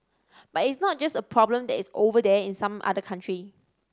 but it's not just a problem that is 'over there' in some other country